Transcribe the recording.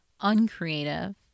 uncreative